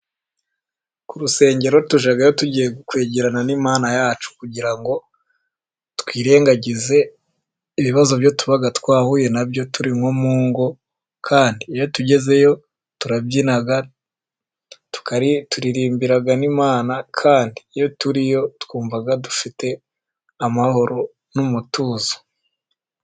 Ku rusengero tujyayo tugiye kwegerana n'Imana yacu, kugira ngo twirengagize ibibazo byo tuba twahuye na byo turi mu ngo. Kandi iyo tugezeyo turabyina turirimbira n'Imana, kandi iyo turiyo twumva dufite amahoro n'umutuzo.